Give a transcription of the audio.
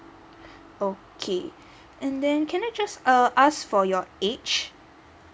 okay and then can I just uh ask for your age